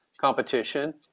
competition